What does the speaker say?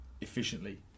efficiently